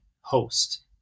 host